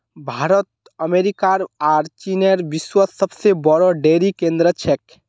भारत अमेरिकार आर चीनेर विश्वत सबसे बोरो डेरी केंद्र छेक